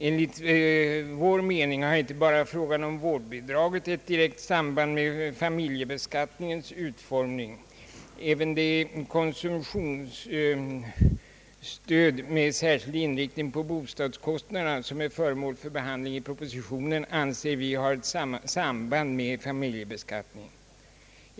Enligt vår mening har inte bara frågan om vårdbidraget ett direkt samband med familjebeskattningens utformning även det konsumtionsstöd med särskild inriktning på bostadskostnaderna som behandlas i propositionen anser "vi ha ett samband med familjebeskattningen.